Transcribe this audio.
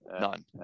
None